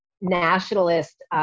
nationalist